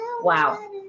wow